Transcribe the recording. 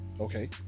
okay